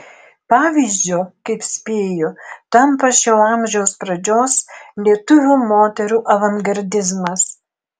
pavyzdžiu kaip spėju tampa šio amžiaus pradžios lietuvių moterų avangardizmas